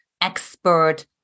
expert